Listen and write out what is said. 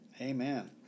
Amen